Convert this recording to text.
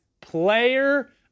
Player